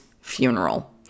funeral